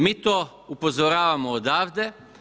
Mi to upozoravamo odavde.